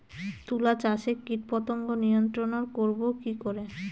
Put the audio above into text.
তুলা চাষে কীটপতঙ্গ নিয়ন্ত্রণর করব কি করে?